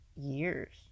years